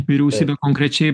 vyriausybė konkrečiai bet